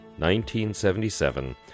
1977